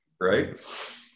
Right